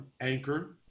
Anchor